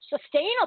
sustainable